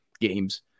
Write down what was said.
games